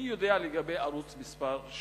אני יודע לגבי ערוץ-2,